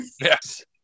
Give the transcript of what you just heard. Yes